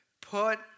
Put